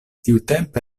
tiutempe